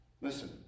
Listen